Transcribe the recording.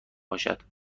باشد